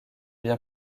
bien